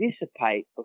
dissipate